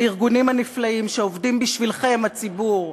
לארגונים הנפלאים שעובדים בשבילכם, הציבור: